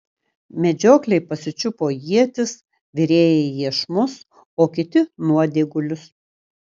medžiokliai pasičiupo ietis virėjai iešmus o kiti nuodėgulius